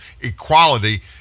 Equality